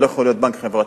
זה לא יכול היות בנק חברתי,